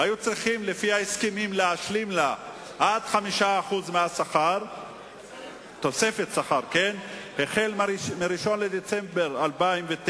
היו צריכים לפי ההסכמים להשלים לה עד 5% תוספת שכר החל מ-1 בדצמבר 2009,